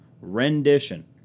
rendition